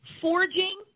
forging